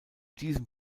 dem